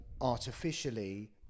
artificially